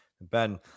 Ben